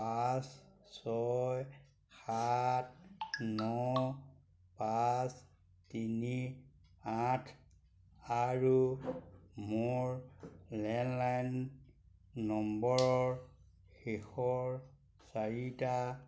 পাঁচ ছয় সাত ন পাঁচ তিনি আঠ আৰু মোৰ লেণ্ডলাইন নম্বৰৰ শেষৰ চাৰিটা